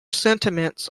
sentiments